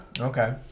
Okay